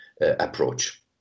approach